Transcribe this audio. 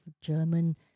German